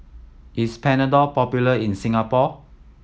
is Panadol popular in Singapore